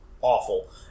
awful